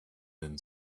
then